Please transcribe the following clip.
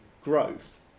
growth